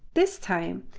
this time,